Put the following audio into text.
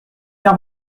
car